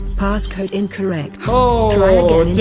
passcode incorrect. oh,